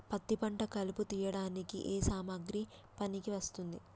పత్తి పంట కలుపు తీయడానికి ఏ సామాగ్రి పనికి వస్తుంది?